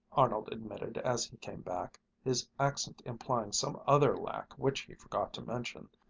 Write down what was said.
arnold admitted as he came back, his accent implying some other lack which he forgot to mention,